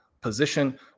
position